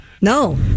No